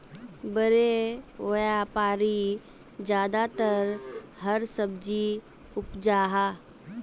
बड़े व्यापारी ज्यादातर हरा सब्जी उपजाहा